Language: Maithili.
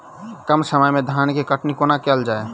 कम समय मे धान केँ कटनी कोना कैल जाय छै?